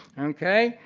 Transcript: okay?